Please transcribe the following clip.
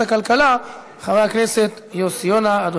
חבר הכנסת מאיר כהן,